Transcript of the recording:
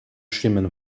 stimmen